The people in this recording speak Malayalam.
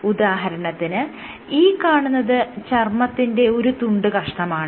ഉദാഹരണത്തിന് ഈ കാണുന്നത് ചർമ്മത്തിന്റെ ഒരു തുണ്ട് കഷ്ണമാണ്